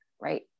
right